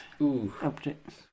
objects